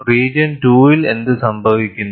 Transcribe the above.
region 2 ൽ എന്തുസംഭവിക്കുന്നു